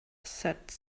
said